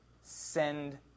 send